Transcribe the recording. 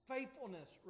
Faithfulness